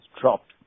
dropped